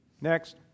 Next